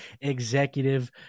executive